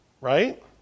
right